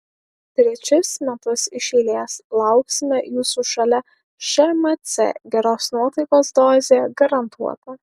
trečius metus iš eiles lauksime jūsų šalia šmc geros nuotaikos dozė garantuota